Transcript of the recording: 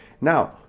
now